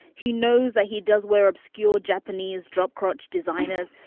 he knows that he does where obscure japanese drop crotch designers.